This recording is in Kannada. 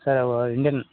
ಸರ್ ಅವು ಇಂಡ್ಯನ್